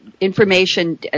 Information